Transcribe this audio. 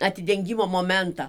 atidengimo momentą